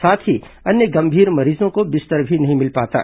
साथ ही अन्य गंभीर मरीजों को बिस्तर भी नहीं मिल पाता है